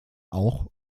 auch